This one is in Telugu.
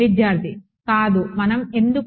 విద్యార్థి కాదు మనం ఎందుకు